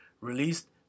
released